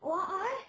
oh a'ah eh